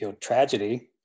tragedy